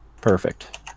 perfect